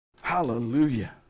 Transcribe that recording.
Hallelujah